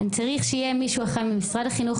צריך שיהיה מישהו אחד ממשרד החינוך,